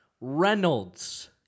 Reynolds